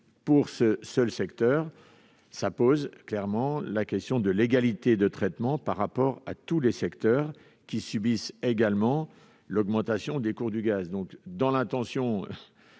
naturel ce seul secteur poserait clairement la question de l'égalité de traitement vis-à-vis des autres secteurs qui subissent également l'augmentation des cours du gaz.